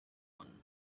one